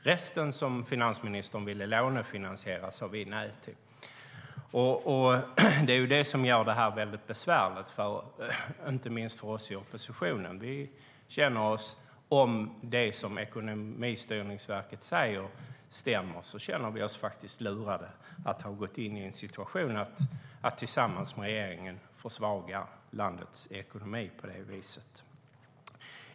Resten, som finansministern ville lånefinansiera, sade vi nej till. Detta gör det besvärligt, inte minst för oss i oppositionen. Om det som Ekonomistyrningsverket säger stämmer känner vi att vi lurats in en situation att tillsammans med regeringen försvaga landets ekonomi.